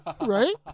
Right